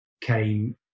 came